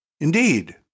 Indeed